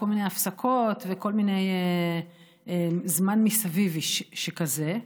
כל מיני הפסקות וכל מיני זמן מסביב שכזה,